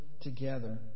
together